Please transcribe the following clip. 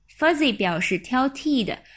Fuzzy表示挑剔的